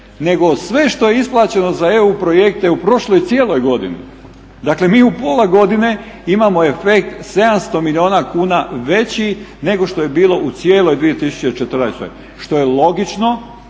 nego sve što je isplaćeno za EU projekte u prošloj cijeloj godini. Dakle, mi u pola godine imamo efekt 700 milijuna kuna veći nego što je bilo u cijeloj 2014. što je logično,